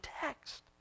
text